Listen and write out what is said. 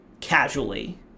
casually